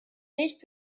nicht